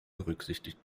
berücksichtigt